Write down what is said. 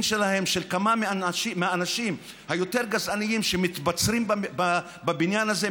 של כמה מהאנשים היותר-גזעניים שמתבצרים בבניין הזה,